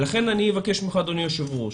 לכן אני מבקש ממך, אדוני היושב-ראש,